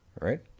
Right